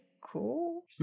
cool